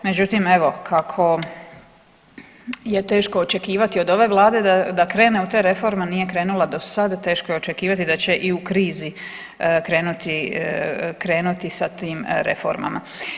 Međutim, evo kako je teško očekivati od ove Vlade da krene u te reforme, nije krenula do sad teško je očekivati da će i u krizi krenuti sa tim reformama.